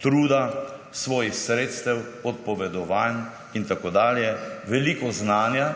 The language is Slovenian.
truda, svojih sredstev, odpovedovanj in tako dalje, veliko znanja.